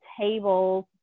tables